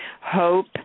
Hope